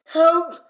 help